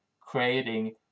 creating